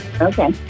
Okay